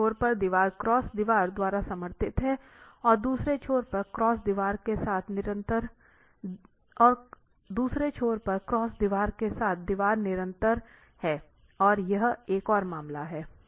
एक छोर पर दीवार क्रॉस दीवार द्वारा समर्थित और दूसरे छोर पर क्रॉस दीवारों के साथ दीवार निरंतर है यह एक और मामला हैं